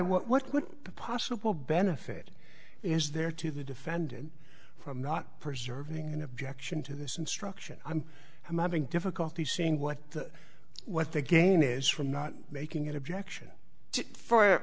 issues why what possible benefit is there to the defendant from not preserving an objection to this instruction i'm i'm having difficulty seeing what the what the game is from not making an objection